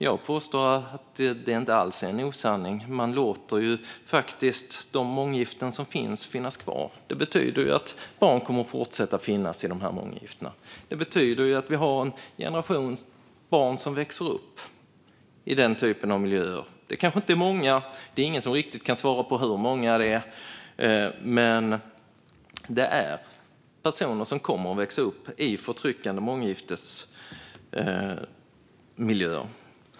Jag påstår dock att det inte alls är en osanning. Man låter ju faktiskt de månggiften som finns vara kvar, och det betyder att barn kommer att fortsätta att leva i de här månggiftena. Det betyder att vi har en generation barn som växer upp i den typen av miljöer. Det kanske inte är många - det är ingen som riktigt kan svara på hur många det är - men det finns personer som kommer att växa upp i förtryckande månggiftesmiljöer.